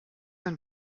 ein